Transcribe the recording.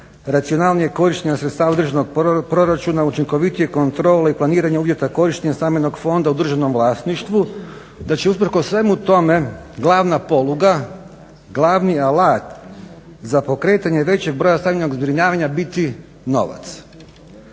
racionalnijeg korištenja sredstava državnog proračuna učinkovitije kontrole i planiranja uvjeta korištenja stambenog Fonda u državnom vlasništvu, da će usprkos svemu tome glavna poluga, glavni alat za pokretanje većeg broja stambenog zbrinjavanja biti novac.